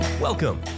Welcome